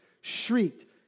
shrieked